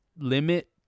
limit